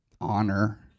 honor